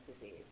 disease